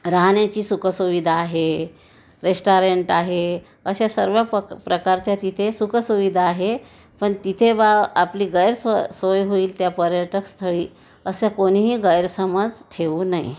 राहण्याची सुखसुविधा आहे रेस्टॉरंट आहे अशा सर्व पक प्रकारच्या तिथे सुखसुविधा आहे पण तिथे बा आपली गैरसोय सोय होईल त्या पर्यटक स्थळी असं कोणीही गैरसमज ठेवू नये